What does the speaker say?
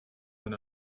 man